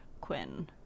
Quinn